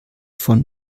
von